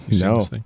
No